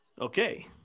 Okay